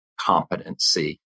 competency